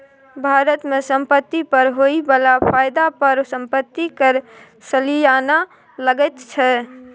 भारत मे संपत्ति पर होए बला फायदा पर संपत्ति कर सलियाना लगैत छै